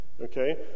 Okay